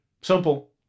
Simple